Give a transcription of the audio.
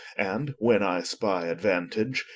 and when i spy aduantage,